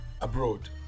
abroad